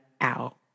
out